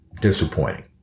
Disappointing